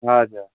हजुर